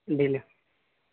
delay